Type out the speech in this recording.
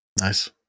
Nice